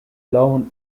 loan